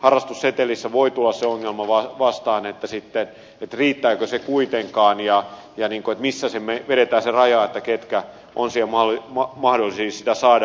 harrastussetelissä voi tulla se ongelma vastaan riittääkö se sitten kuitenkaan ja mihin vedetään se raja kenellä on mahdollisuus se saada